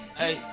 hey